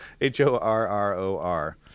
H-O-R-R-O-R